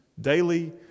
daily